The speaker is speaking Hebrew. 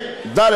ד.